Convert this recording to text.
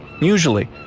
Usually